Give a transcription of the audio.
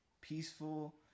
peaceful